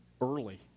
Early